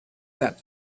that